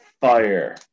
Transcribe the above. fire